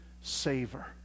savor